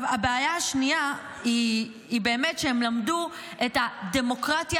הבעיה השנייה היא שהם למדו את הדמוקרטיה